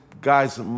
guys